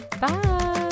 Bye